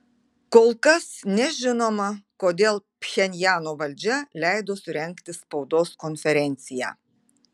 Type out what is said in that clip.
kol kas nežinoma kodėl pchenjano valdžia leido surengti spaudos konferenciją